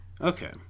Okay